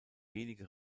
wenige